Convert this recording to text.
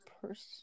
person